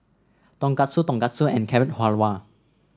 Tonkatsu Tonkatsu and Carrot Halwa